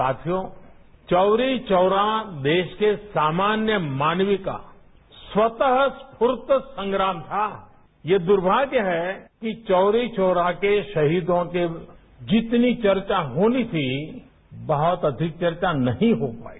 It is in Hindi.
साथियों चौरी चौरा देश के सामान्य मानवीय का स्वतरू स्फूर्त संग्राम ये दुर्भाग्य है कि चौरी चौरा के शहीदों की जितनी चर्चा होनी थी बहुत अधिक चर्चा नहीं हो पाई